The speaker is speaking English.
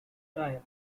dial